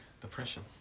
depression